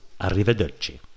arrivederci